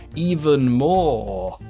even more.